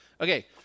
okay